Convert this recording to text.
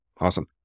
Awesome